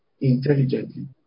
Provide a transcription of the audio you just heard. intelligently